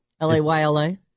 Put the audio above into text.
L-A-Y-L-A